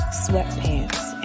sweatpants